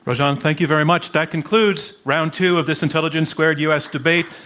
rajan, thank you very much. that concludes round two of this intelligence squared u. s. debate,